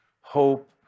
hope